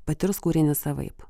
patirs kūrinį savaip